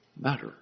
matter